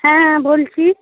হ্যাঁ বলছি